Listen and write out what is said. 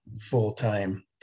full-time